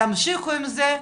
תמשיכו עם זה,